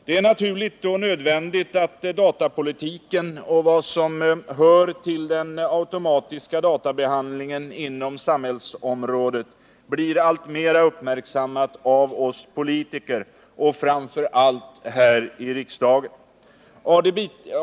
Det är naturligt och nödvändigt att datapolitiken och vad som hör till den automatiska databehandlingen inom samhällsområdet blir alltmera uppmärksammat av oss politiker och framför allt här i riksdagen.